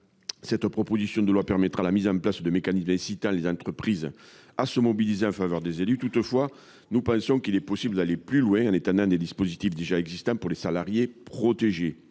présente proposition de loi encourage la mise en place de mécanismes incitant les entreprises à se mobiliser en faveur des élus. Toutefois, nous pensons qu’il est possible d’aller plus loin, en étendant à ces élus des dispositifs existant pour les salariés protégés.